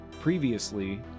previously